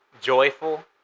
joyful